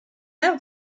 mère